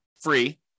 free